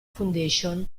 foundation